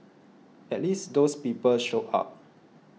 at least those people showed up